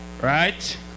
right